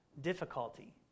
difficulty